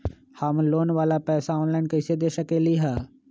हम लोन वाला पैसा ऑनलाइन कईसे दे सकेलि ह?